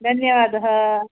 धन्यवादः